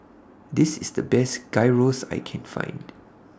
This IS The Best Gyros that I Can Find